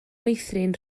meithrin